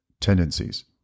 tendencies